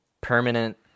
permanent